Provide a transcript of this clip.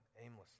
aimlessly